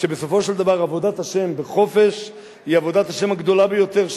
שבסופו של דבר עבודת השם בחופש היא עבודת השם הגדולה ביותר,